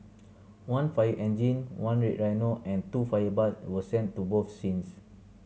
one fire engine one Red Rhino and two fire bike were sent to both scenes